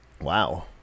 Wow